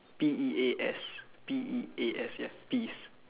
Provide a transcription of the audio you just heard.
P E A S P E A S ya peas